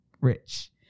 rich